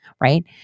right